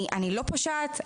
אני לא פושעת,